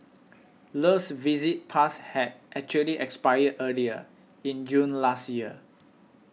Le's visit pass had actually expired earlier in June last year